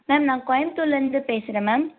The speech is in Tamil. மேம் நான் கோயமுத்தூர்லேருந்து பேசுகிறேன் மேம்